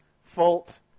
fault